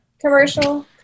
commercial